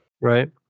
Right